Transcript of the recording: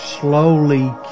slowly